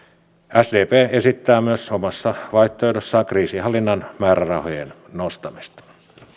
sdp esittää myös omassa vaihtoehdossaan kriisinhallinnan määrärahojen nostamista